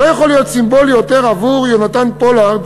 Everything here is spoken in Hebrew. לא יכול להיות סימבולי יותר עבור יונתן פולארד